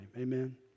Amen